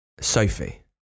Sophie